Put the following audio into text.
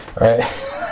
right